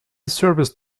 service